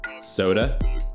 Soda